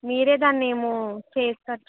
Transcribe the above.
మీరే దానిని ఏమో చేసినట్లున్నారు